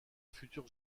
futur